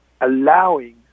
allowing